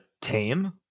tame